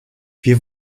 wir